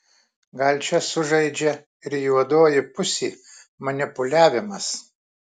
gal čia sužaidžia ir juodoji pusė manipuliavimas